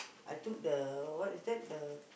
I took the what is that the